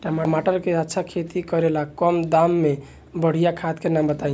टमाटर के अच्छा खेती करेला कम दाम मे बढ़िया खाद के नाम बताई?